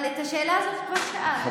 אבל את השאלה הזאת כבר שאלת והשר מנסה לענות.